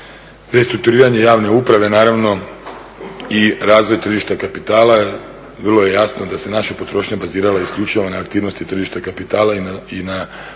restrukturiranje javne uprave naravno i razvoj tržišta kapitala. Vrlo je jasno da se naša potrošnja bazirala isključivo na aktivnosti tržišta kapitala i na financiranju